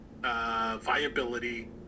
viability